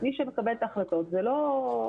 מי שמקבל את ההחלטות זה לא אנחנו.